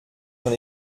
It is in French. j’en